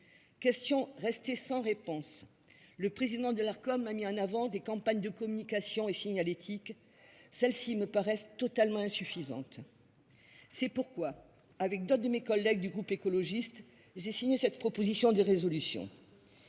Question restée sans réponse. Le président de l'Arcom, a mis en avant des campagnes de communication et signalétique. Celle-ci me paraissent totalement insuffisante. C'est pourquoi, avec d'autres de mes collègues du groupe écologiste. J'ai signé cette proposition de résolution.